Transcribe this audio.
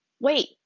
Wait